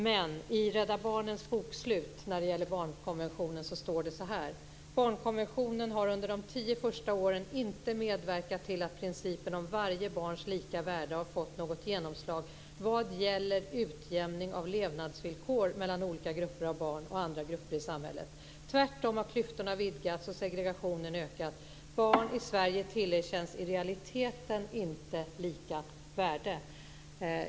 Men i Rädda Barnens bokslut när det gäller barnkonventionen står det så här: Barnkonventionen har under de tio första åren inte medverkat till att principen om varje barns lika värde har fått något genomslag vad gäller utjämning av levnadsvillkor mellan olika grupper av barn och andra grupper i samhället. Tvärtom har klyftorna vidgats och segregationen ökat. Barn i Sverige tillerkänns i realiteten inte lika värde.